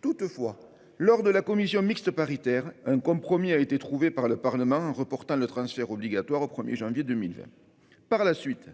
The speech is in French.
Toutefois, la commission mixte paritaire (CMP) a trouvé un compromis en reportant le transfert obligatoire au 1 janvier 2020. Par la suite,